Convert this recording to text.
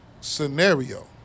scenario